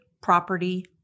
property